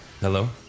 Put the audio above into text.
hello